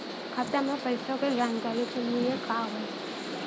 खाता मे पैसा के जानकारी के लिए का होई?